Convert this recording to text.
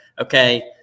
okay